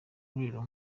ihuriro